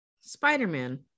Spider-Man